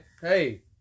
hey